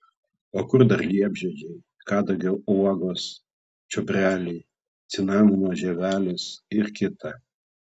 o kur dar liepžiedžiai kadagio uogos čiobreliai cinamono žievelės ir kita